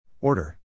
Order